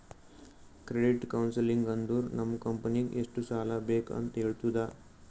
credit counselling ಅಂದುರ್ ನಮ್ ಕಂಪನಿಗ್ ಎಷ್ಟ ಸಾಲಾ ಬೇಕ್ ಅಂತ್ ಹೇಳ್ತುದ